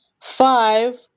five